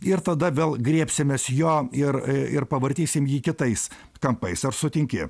ir tada vėl griebsimės jo ir ir pavartysim jį kitais kampais ar sutinki